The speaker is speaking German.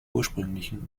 ursprünglichen